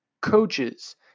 coaches